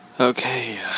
Okay